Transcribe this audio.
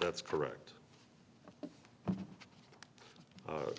that's correct